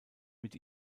mit